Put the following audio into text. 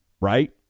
Right